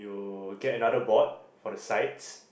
will get another board for the sides